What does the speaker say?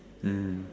mmhmm